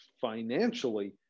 financially